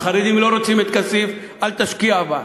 החרדים לא רוצים את כסיף, אל תשקיע בה.